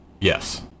Yes